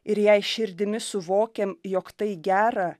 ir jei širdimi suvokiam jog tai gera